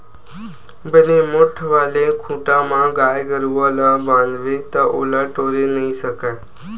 बने मोठ्ठ वाले खूटा म गाय गरुवा ल बांधबे ता ओला टोरे नइ सकय